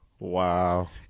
Wow